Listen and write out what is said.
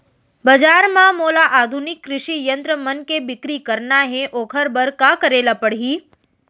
बजार म मोला आधुनिक कृषि यंत्र मन के बिक्री करना हे ओखर बर का करे ल पड़ही?